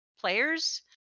players